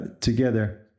together